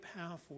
powerful